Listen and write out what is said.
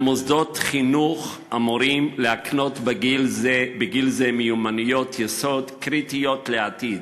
מוסדות החינוך אמורים להקנות בגיל זה מיומנויות יסוד קריטיות לעתיד.